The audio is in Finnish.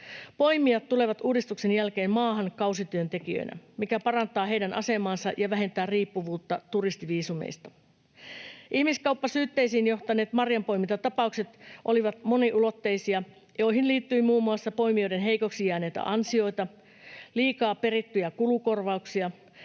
Poimijat tulevat uudistuksen jälkeen maahan kausityöntekijöinä, mikä parantaa heidän asemaansa ja vähentää riippuvuutta turistiviisumeista. Ihmiskauppasyytteisiin johtaneet marjanpoimintatapaukset olivat moniulotteisia, joihin liittyi muun muassa poimijoiden heikoksi jääneitä ansioita, liikaa perittyjä kulukorvauksia,